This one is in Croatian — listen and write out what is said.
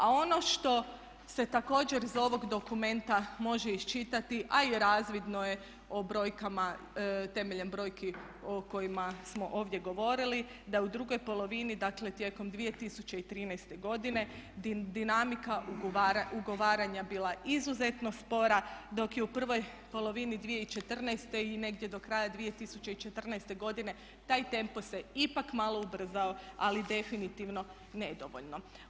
A ono što se također iz ovog dokumenta može iščitati, a i razvidno je temeljem brojki o kojima smo ovdje govorili, da u drugoj polovini dakle tijekom 2013. godine dinamika ugovaranja bila izuzetno spora dok je u prvoj polovini 2014. i negdje do kraja 2014. godine taj tempo se ipak malo ubrzao ali definitivno nedovoljno.